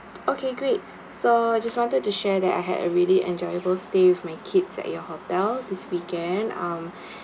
okay great so just wanted to share that I had a really enjoyable stay with my kids at your hotel this weekend um